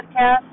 podcast